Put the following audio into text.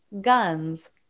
guns